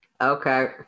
Okay